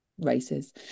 races